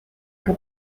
que